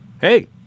hey